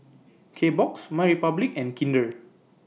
Kbox MyRepublic and Kinder